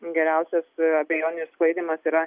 geriausias abejonių išsklaidymas yra